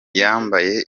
yambaye